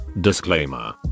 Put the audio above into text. disclaimer